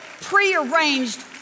prearranged